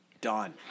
done